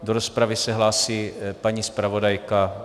Do rozpravy se hlásí paní zpravodajka.